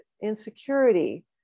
insecurity